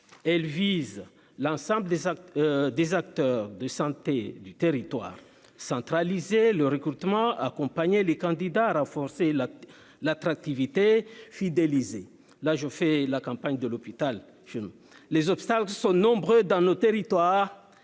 elle vise l'ensemble des des acteurs de santé du territoire centralisé le recrutement accompagner les candidats renforcer la l'attractivité fidéliser, là, je fais la campagne de l'hôpital, je ne les obstacles sont nombreux dans nos territoires